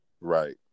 Right